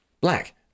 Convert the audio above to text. black